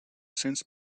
since